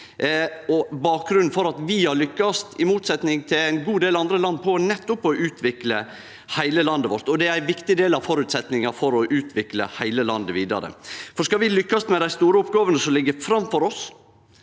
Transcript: og bakgrunnen for at vi har lykkast, i motsetnad til ein god del andre land, med nettopp å utvikle heile landet vårt. Det er ein viktig del av føresetnaden for å utvikle heile landet vidare. Skal vi lykkast med dei store oppgåvene som ligg framføre oss,